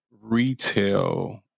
retail